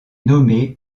nommé